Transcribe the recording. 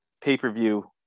pay-per-view